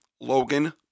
logan